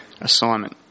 assignment